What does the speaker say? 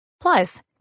Plus